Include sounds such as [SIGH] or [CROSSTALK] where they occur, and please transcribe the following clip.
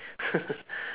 [LAUGHS]